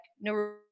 no